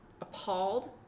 appalled